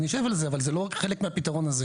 ונשב על זה, אבל זה לא חלק מהפתרון הזה.